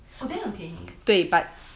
then 很便宜